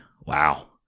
Wow